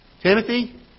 Timothy